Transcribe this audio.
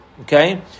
Okay